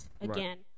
again